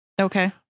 Okay